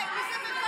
איך זה לא מפריע לך?